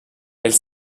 elle